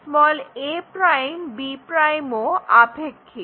a'b' ও আপেক্ষিক